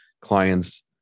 clients